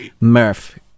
Murph